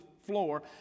floor